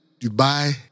Dubai